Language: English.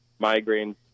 migraines